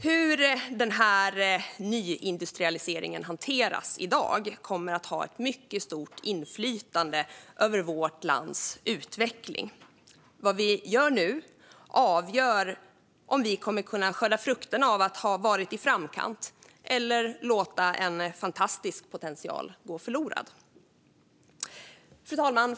Hur denna nyindustrialisering hanteras i dag kommer att ha ett mycket stort inflytande över vårt lands utveckling. Vad vi gör nu avgör om vi kommer att kunna skörda frukterna av att ha varit i framkant eller låta en fantastisk potential gå förlorad. Fru talman!